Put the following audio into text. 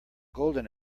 golden